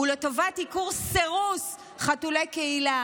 הוא לטובת עיקור וסירוס חתולי קהילה,